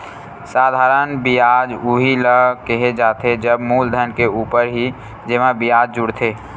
साधारन बियाज उही ल केहे जाथे जब मूलधन के ऊपर ही जेमा बियाज जुड़थे